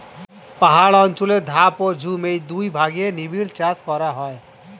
পাহাড় অঞ্চলে ধাপ ও ঝুম এই দুই ভাগে নিবিড় চাষ করা হয়